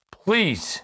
please